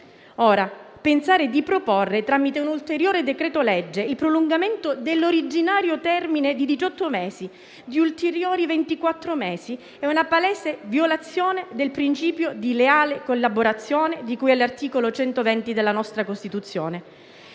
Ora, pensare di proporre tramite un ulteriore decreto-legge il prolungamento dell'originario termine di diciotto mesi di ulteriori ventiquattro è una palese violazione del principio di leale collaborazione di cui all'articolo 120 della nostra Costituzione,